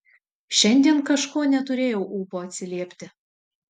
šiandien kažko neturėjau ūpo atsiliepti